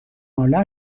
ناله